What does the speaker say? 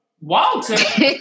Walter